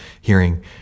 hearing